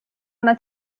una